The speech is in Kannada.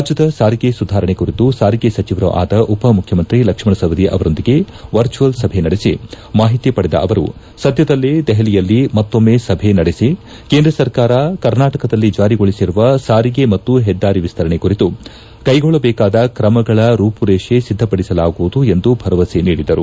ರಾಜ್ಯದ ಸಾರಿಗೆ ಸುಧಾರಣೆ ಕುರಿತು ಸಾರಿಗೆ ಸಚಿವರೂ ಆದ ಉಪಮುಖ್ಯಮಂತ್ರಿ ಲಕ್ಷ್ಮಣ ಸವದಿ ಅವರೊಂದಿಗೆ ವರ್ಚುವಲ್ ಸಭೆ ನಡೆಸಿ ಮಾಹಿತಿ ಪಡೆದ ಅವರು ಸದ್ದದಲ್ಲೇ ದೆಹಲಿಯಲ್ಲಿ ಮತ್ತೊಮ್ನೆ ಸಭೆ ನಡೆಸಿ ಕೇಂದ್ರ ಸರ್ಕಾರ ಕರ್ನಾಟಕದಲ್ಲಿ ಜಾರಿಗೊಳಿಸಿರುವ ಸಾರಿಗೆ ಮತ್ತು ಹೆದ್ದಾರಿ ವಿಸ್ತರಣೆ ಕುರಿತು ಕ್ಟೆಗೊಳ್ಳಬೇಕಾದ ಕ್ರಮಗಳ ರೂಪುರೇಷೆ ಸಿದ್ದಪಡಿಸಲಾಗುವುದು ಎಂದು ಭರವಸೆ ನೀಡಿದರು